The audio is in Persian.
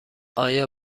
آیا